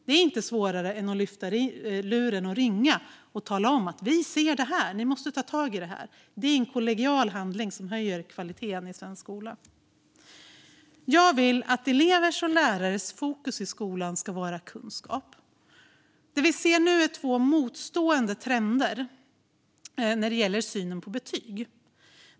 Det är inte svårare än att lyfta luren och ringa och tala om att vi ser detta, och ni måste ta tag i det. Det är en kollegial handling som höjer kvaliteten i svensk skola. Jag vill att elevers och lärares fokus i skolan ska vara kunskap. Det vi ser nu är två motstående trender när det gäller synen på betyg.